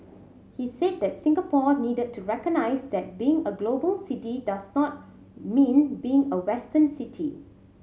he said that Singapore needed to recognise that being a global city does not mean being a Western city